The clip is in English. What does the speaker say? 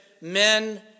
men